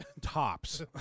tops